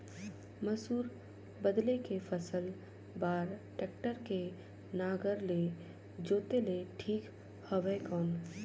मसूर बदले के फसल बार टेक्टर के नागर ले जोते ले ठीक हवय कौन?